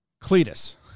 Cletus